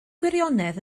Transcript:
gwirionedd